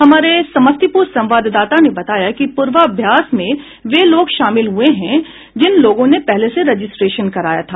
हमारे समस्तीपुर संवाददाता ने बताया कि पूर्वाभ्यास में वे लोग शामिल हुए है जो लोगों ने पहले से रजिस्ट्रेशन कराया था